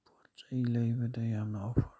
ꯄꯣꯠ ꯆꯩ ꯂꯩꯕꯗ ꯌꯥꯝꯅ ꯑꯣꯐꯔ